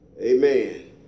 Amen